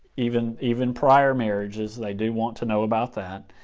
even even prior marriages. they do want to know about that.